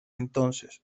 entonces